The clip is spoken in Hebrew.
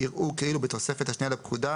יראו כאילו בתוספת השנייה לפקודה,